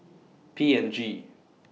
P and G